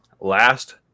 last